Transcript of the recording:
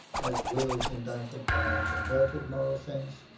as, wills indited by a perverted moral sense,